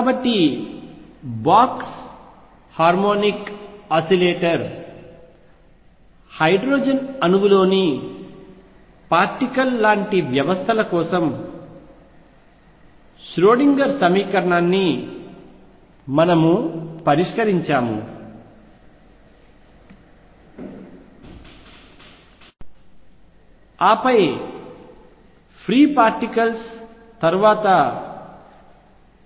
కాబట్టి box harmonic oscillator hydrogen అణువులోని particle వంటి వ్యవస్థల కోసం ష్రోడింగర్ సమీకరణాన్ని మనము పరిష్కరించాము ఆపై ఫ్రీ పార్టికల్స్ తరువాత